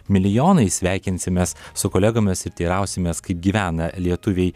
milijonai sveikinsimės su kolegomis ir teirausimės kaip gyvena lietuviai